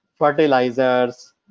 fertilizers